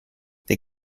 they